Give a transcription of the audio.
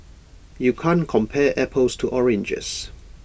you can't compare apples to oranges